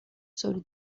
sobre